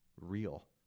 real